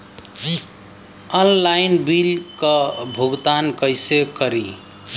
Online bill क भुगतान कईसे करी?